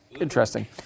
interesting